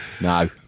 No